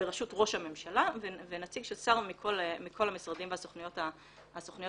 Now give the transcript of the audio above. בראשות ראש הממשלה ונציג של שר מכל המשרדים והתוכניות הממשלתיות.